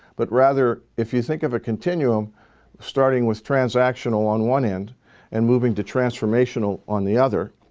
but rather, if you think of a continuum starting with transactional on one end and moving to transformational on the other,